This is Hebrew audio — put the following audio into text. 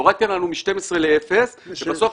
הורדתם לנו מ-12 לאפס ובסוף,